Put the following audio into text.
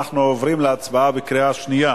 אנחנו עוברים להצבעה בקריאה שנייה